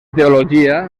teologia